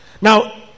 Now